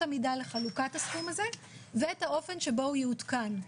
המידה לחלוקת הסכום הזה ואת האופן שבו הוא יעודכן.